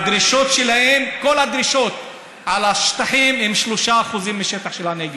כל הדרישות על השטחים הן על 3% מהשטח של הנגב,